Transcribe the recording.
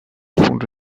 fonde